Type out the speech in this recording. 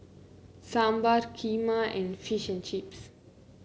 Sambar Kheema and Fish and Chips